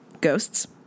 Ghosts